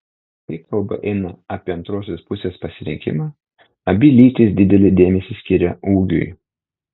kai kalba eina apie antrosios pusės pasirinkimą abi lytys didelį dėmesį skiria ūgiui